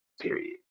period